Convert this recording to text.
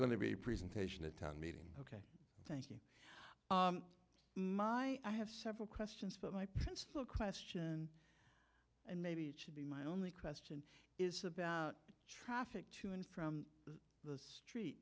going to be a presentation a town meeting ok thank you my i have several questions for my principal question and maybe it should be my only question is about traffic to and from the street